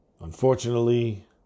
unfortunately